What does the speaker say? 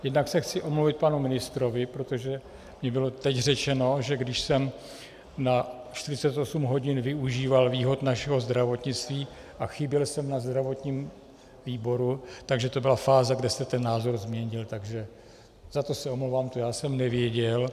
Jednak se chci omluvit panu ministrovi, protože mi bylo teď řečeno, že když jsem na 48 hodin využíval výhod našeho zdravotnictví a chyběl jsem na zdravotním výboru, že to byla fáze, kde se ten názor změnil, takže za to se omlouvám, to jsem nevěděl.